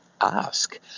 ask